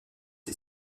est